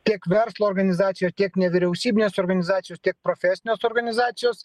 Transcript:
tiek verslo organizacijos tiek nevyriausybinės organizacijos tiek profesinės organizacijos